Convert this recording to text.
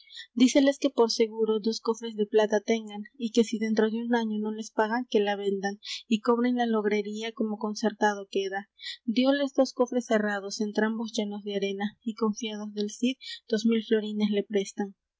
pidiera díceles que por seguro dos cofres de plata tengan y que si dentro de un año no les paga que la vendan y cobren la logrería como concertado queda dióles dos cofres cerrados entrambos llenos de arena y confiados del cid dos mil florines le prestan